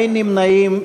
אין נמנעים,